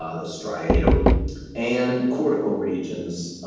ah the striatum and cortical regions,